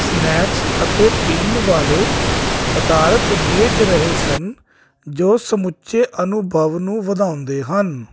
snacks ਅਤੇ ਪੀਣ ਵਾਲੇ ਪਦਾਰਥ ਵੇਚ ਰਹੇ ਸਨ ਜੋ ਸਮੁੱਚੇ ਅਨੁਭਵ ਨੂੰ ਵਧਾਉਂਦੇ ਹਨ